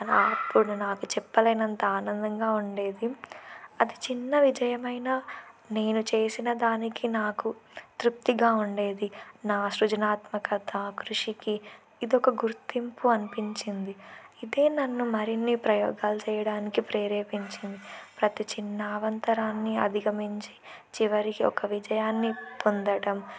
అప్పుడు నాకు చెప్పలేనంత ఆనందంగా ఉండేది అది చిన్న విజయమైన నేను చేసిన దానికి నాకు తృప్తిగా ఉండేది నా సృజనాత్మకత కృషికి ఇదొక గుర్తింపు అనిపించింది ఇదే నన్ను మరిన్ని ప్రయోగాలు చేయడానికి ప్రేరేపించింది ప్రతి చిన్న అవాంతరాన్ని అధిగమించి చివరికి ఒక విజయాన్ని పొందడం